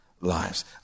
lives